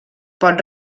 pot